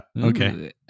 Okay